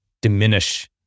diminish